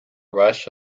rush